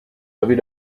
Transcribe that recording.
avez